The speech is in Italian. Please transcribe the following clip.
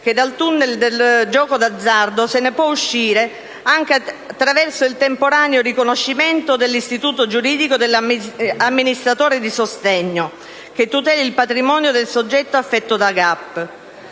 che dal *tunnel* del gioco d'azzardo si può uscire anche attraverso il temporaneo riconoscimento dell'istituto giuridico dell'amministratore di sostegno che tuteli il patrimonio del soggetto affetto da GAP.